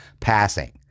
passing